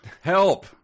Help